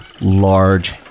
large